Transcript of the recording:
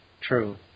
true